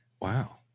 Wow